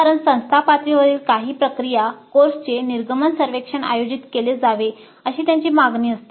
कारण संस्था पातळीवरील काही प्रक्रिया कोर्सचे निर्गमन सर्वेक्षण आयोजित केले जावे अशी त्यांची मागणी असते